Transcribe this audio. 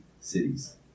cities